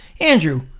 Andrew